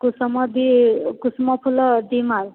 କୁସୁମ ଦୁଇ କୁସୁମ ଫୁଲ ଦୁଇ ମାଲ୍